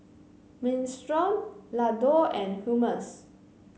Minestrone Ladoo and Hummus